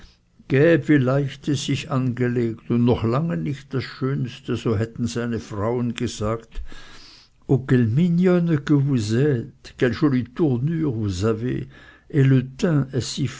es sich angelegt und noch lange nicht das schönste so hätten seine frauen gesagt o